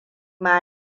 ma